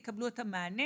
יקבלו את המענה